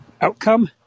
Outcome